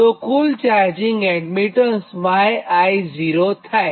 અને કુલ charging admittance yi0 થાય